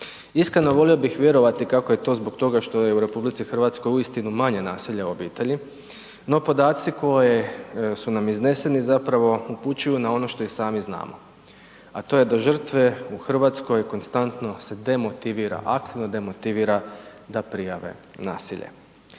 Iskreno volio bih vjerovati kako je to zbog toga što je u RH uistinu manje nasilja u obitelji, no podaci koji su nam izneseni zapravo upućuju na ono što i sami znamo a to je da žrtve u Hrvatskoj konstantno se demotivira .../Govornik se ne